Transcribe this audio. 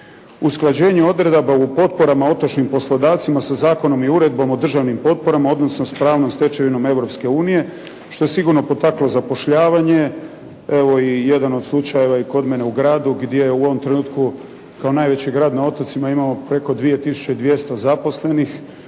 Usklađenje odredaba u potporama otočnim poslodavcima sa zakonom i Uredbom o državnim potporama odnosno s pravnom stečevinom Europske unije što je sigurno potaklo zapošljavanje. Evo i jedan od slučajeva i kod mene u gradu gdje u ovom trenutku kao najveći grad na otocima imamo preko dvije tisuće i